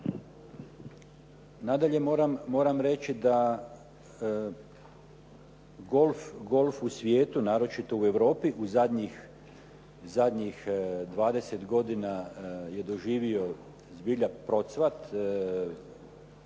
moram, moram reći da golf u svijetu naročito u Europi u zadnjih 20 godina je doživio zbilja procvat.